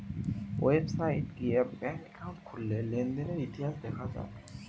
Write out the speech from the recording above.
website গিয়ে bank account খুললে লেনদেনের ইতিহাস দেখা যায়